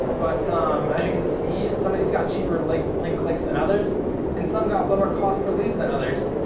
but um as you can see, some of these got cheaper like link clicks than others and some got lower cost per leads than others.